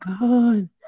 God